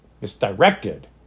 misdirected